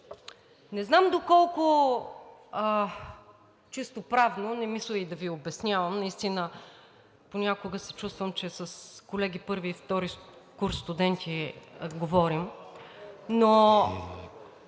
не знам доколко чисто правно – не мисля и да Ви обяснявам, наистина понякога се чувствам, че с колеги първи и втори курс студенти говорим, но